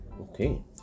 Okay